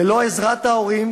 ללא עזרת ההורים,